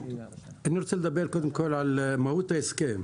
אני רוצה לדבר קודם כל על מהות ההסכם.